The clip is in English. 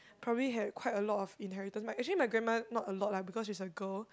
probably had quite a lot of inheritance actually my grandma not a lot lah because she's a girl